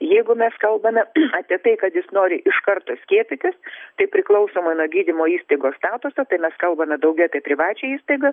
jeigu mes kalbame apie tai kad jis nori iš karto skiepytis tai priklausomai nuo gydymo įstaigos statuso tai mes kalbame daugiau kaip privačią įstaigą